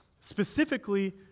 specifically